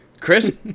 chris